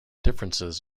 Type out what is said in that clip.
differences